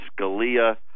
Scalia